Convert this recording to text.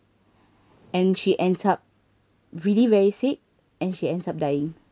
and she ends up really very sick and she ends up dying